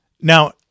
Now